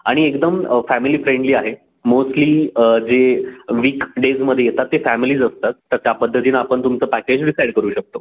आणि एकदम family friendly आहे मोस्टली जे वीक डेजमध्ये येतात ते फॅमिलीज असतात तर त्या पद्धतीनं आपण तुमचं पॅकेज डिसाईड करू शकतो